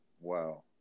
Wow